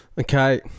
Okay